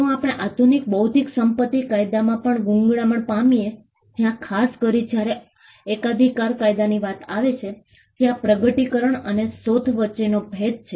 જો આપણે આધુનિક બૌદ્ધિક સંપત્તિ કાયદામાં પણ ગૂંગળામણ પામીએ જ્યાં ખાસ કરીને જ્યારે એકાધિકાર કાયદાની વાત આવે છે ત્યાં પ્રગટીકરણ અને શોધ વચ્ચેનો ભેદ છે